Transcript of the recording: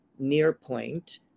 Nearpoint